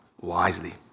wisely